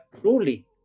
truly